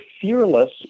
fearless